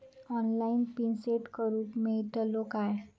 Online PIN set करूक मेलतलो काय?